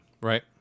Right